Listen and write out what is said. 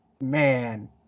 man